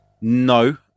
No